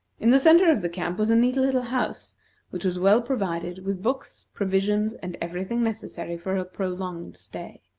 in the centre of the camp was a neat little house which was well provided with books, provisions, and every thing necessary for a prolonged stay.